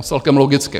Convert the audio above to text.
Celkem logicky.